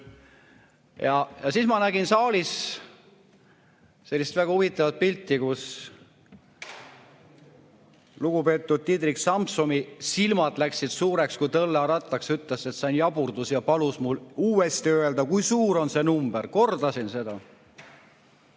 Ja siis ma nägin saalis sellist väga huvitavat pilti, kus lugupeetud Diederik Samsomi silmad läksid suureks kui tõllarattad, ta ütles, et see on jaburdus. Palus mul uuesti öelda, kui suur on see number. Kordasin.